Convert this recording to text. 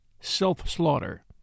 self-slaughter